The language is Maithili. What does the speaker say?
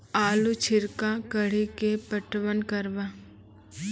आलू छिरका कड़ी के पटवन करवा?